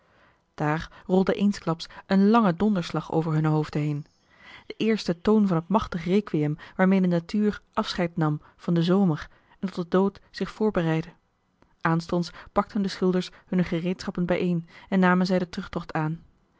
daar rolde eensklaps een lange donderslag over hunne hoofden heen de eerste toon van het machtig requiem waarmee de natuur afscheid nam van den zomer en tot den dood zich voorbereidde aanstonds pakten de schilders hunne gereedschappen bijeen en namen zij den terugtocht aan